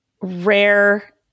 rare